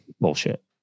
bullshit